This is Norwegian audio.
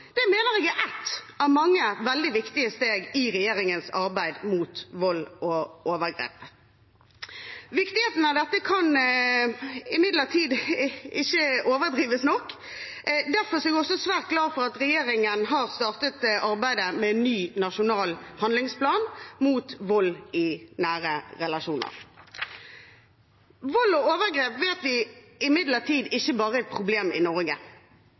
mener jeg er ett av mange veldig viktige steg i regjeringens arbeid mot vold og overgrep. Viktigheten av dette kan ikke overvurderes. Derfor er jeg også svært glad for at regjeringen har startet arbeidet med en ny nasjonal handlingsplan mot vold i nære relasjoner. Vold og overgrep vet vi er et problem ikke bare i Norge. I